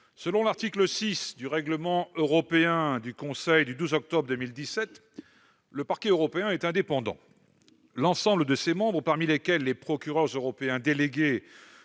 Selon l'article 6 du règlement du Conseil du 12 octobre 2017, « le Parquet européen est indépendant ». L'ensemble de ses membres, parmi lesquels les procureurs européens délégués,